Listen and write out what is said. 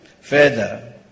Further